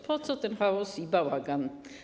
Po co ten chaos i bałagan?